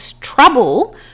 trouble